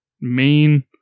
main